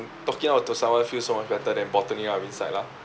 talking out to someone feels so much better than bottling up inside lah